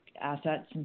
assets